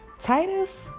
Titus